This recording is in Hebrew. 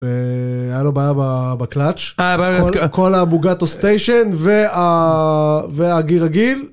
היה לו בעיה בקלאץ', כל הבוגטו סטיישן והגיר רגיל.